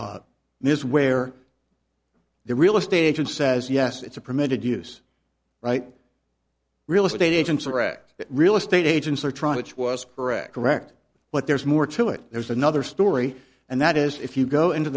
is where the real estate agent says yes it's a permitted use right real estate agents are at it real estate agents are trying it's was correct correct but there's more to it there's another story and that is if you go into